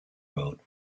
world